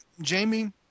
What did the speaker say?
Jamie